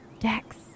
Dex